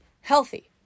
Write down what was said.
healthy